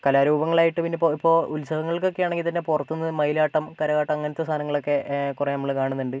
കലാരൂപങ്ങളായിട്ട് പിന്നിപ്പോൾ ഇപ്പോൾ ഉത്സവങ്ങൾക്കൊക്കെ ആണെങ്കിൽ തന്നെ പുറത്തുനിന്ന് മയിലാട്ടം കരകാട്ടം അങ്ങനത്തെ സാനങ്ങളൊക്കെ കുറെ നമ്മൾ കാണുന്നുണ്ട്